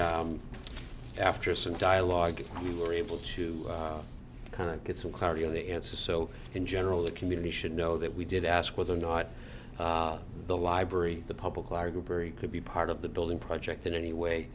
some dialogue we were able to kind of get some clarity on the answers so in general the community should know that we did ask whether or not the library the public library could be part of the building project in any way